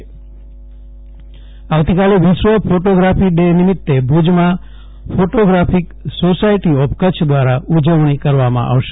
જયદિપ વૈષ્ણવ વિશ્વ photography day આવતીકાલે વિશ્વ ફોટોગ્રાફી ડે નિમિત્તે ભુજના ફોટોગ્રાફિક સોસાયટી ઓફ કચ્છ દ્વારા ઉજવણી કરવામાં આવશે